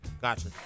gotcha